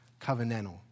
covenantal